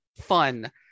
fun